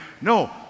No